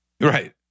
Right